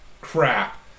crap